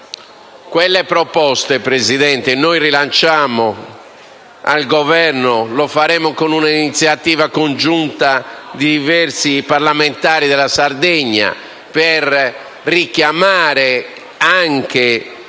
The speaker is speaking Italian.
Queste proposte noi le riproponiamo al Governo e lo faremo con un'iniziativa congiunta di diversi parlamentari della Sardegna, per richiamare anche